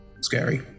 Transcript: scary